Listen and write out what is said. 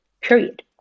period